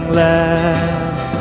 less